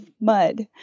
mud